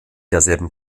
derselben